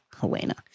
Helena